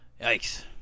yikes